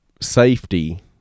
safety